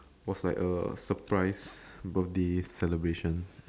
was like a surprise birthday celebration